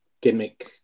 gimmick